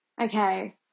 Okay